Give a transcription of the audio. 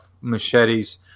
machetes